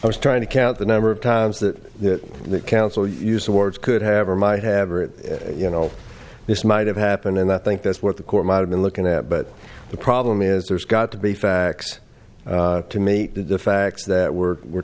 i was trying to count the number of times that counsel used the words could have or might have or you know this might have happened and i think that's what the court might have been looking at but the problem is there's got to be facts to meet the facts that were were